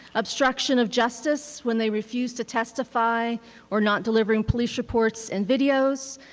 obstruction of justice, when they refuse to testify or not delivering police reports and videos,